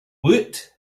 woot